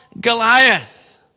Goliath